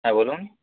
হ্যাঁ বলুন